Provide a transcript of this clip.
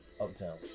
Uptown